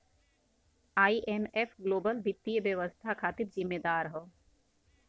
IMF global वित्तीय व्यवस्था खातिर जिम्मेदार हौ